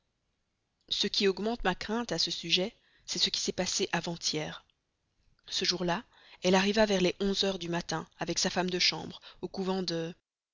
ce qui augmente ma crainte à ce sujet c'est ce qui s'est passé avant-hier ce jour-là elle arriva vers les onze heures du matin avec sa femme de chambre au couvent de